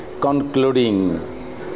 concluding